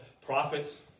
prophets